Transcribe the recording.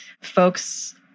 Folks